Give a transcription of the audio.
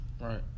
Right